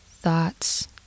thoughts